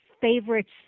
favorites